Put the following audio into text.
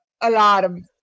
alarm